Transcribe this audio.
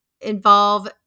involve